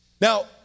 Now